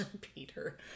Peter